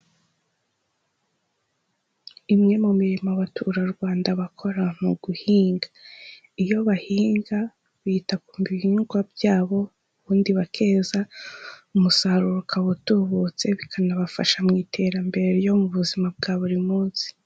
Imwe mu mirimo abaturarwanda bakora, ni uguhinga. Iyo bahinga, bita ku bihingwa byabo, ubundi bakeza, umusaruro ukaba utubutse, bikanabafasha mu iterambere ryo mu buzima bwa buri munsi.